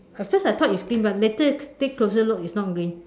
at first I thought it's green but later take closer look it's not green